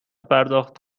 پرداخت